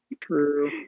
True